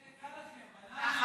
זה קל לכם,